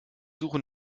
suche